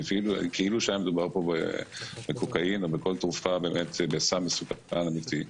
כאילו שמדובר פה בקוקאין או בסם מסוכן אמיתי,